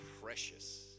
precious